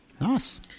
Nice